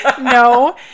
no